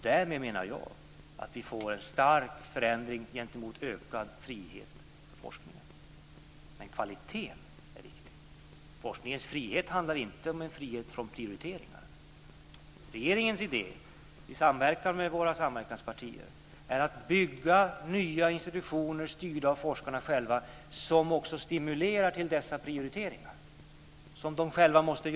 Därmed får vi en stark förändring mot ökad frihet för forskningen. Men kvaliteten är viktig. Forskningens frihet handlar inte om en frihet från prioriteringar. Regeringens idé, i samverkan med samverksanspartierna, är att bygga nya institutioner styrda av forskarna själva som också stimulerar till dessa prioriteringar. Forskarna måste själva göra dem.